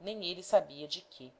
nem ele sabia de quê